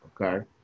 okay